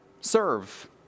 serve